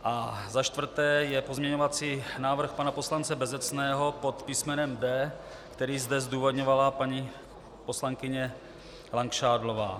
A za čtvrté je pozměňovací návrh pana poslance Bezecného pod písmenem D, který zde zdůvodňovala paní poslankyně Langšádlová.